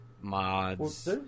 mods